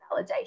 validation